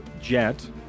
Jet